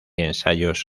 ensayos